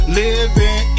living